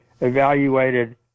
evaluated